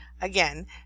Again